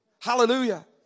Hallelujah